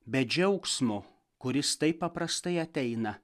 be džiaugsmo kuris taip paprastai ateina